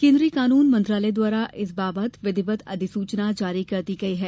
केन्द्रीय कानून मंत्रालय द्वारा इस बाबत विधिवत अधिसूचना जारी कर दी गयी है